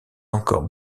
encore